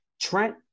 Trent